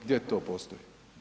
Gdje to postoji?